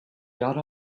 got